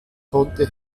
konnte